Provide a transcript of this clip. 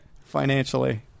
financially